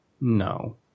no